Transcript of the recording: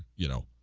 you know,